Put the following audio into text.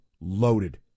Loaded